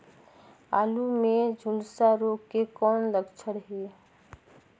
आलू मे झुलसा रोग के कौन लक्षण हे?